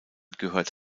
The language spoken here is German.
gehört